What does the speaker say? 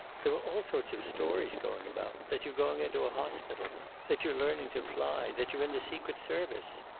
there are all sorts of stories going about. that you're going into a hospital that you're learning to fly that you're in the secret service?